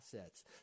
assets